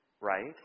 right